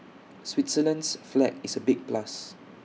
Switzerland's flag is A big plus